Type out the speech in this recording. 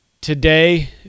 Today